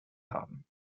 haben